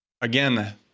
Again